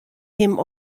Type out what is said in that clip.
him